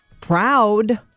proud